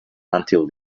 until